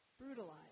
brutalized